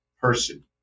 person